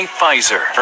Pfizer